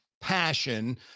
passion